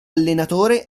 allenatore